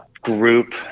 group